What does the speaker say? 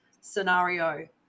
scenario